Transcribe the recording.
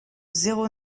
zéro